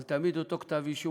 אבל תמיד אותו כתב-אישום,